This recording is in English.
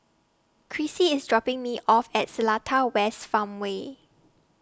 Crissie IS dropping Me off At Seletar West Farmway